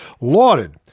lauded